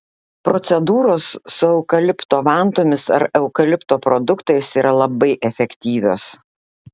procedūros su eukalipto vantomis ar eukalipto produktais yra labai efektyvios